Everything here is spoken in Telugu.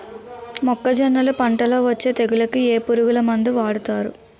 మొక్కజొన్నలు పంట లొ వచ్చే తెగులకి ఏ పురుగు మందు వాడతారు?